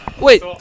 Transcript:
Wait